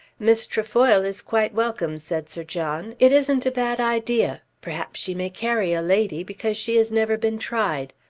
miss trefoil is quite welcome, said sir john. it isn't a bad idea. perhaps she may carry a lady, because she has never been tried.